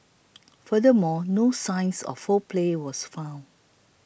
furthermore no signs of foul play were found